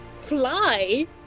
fly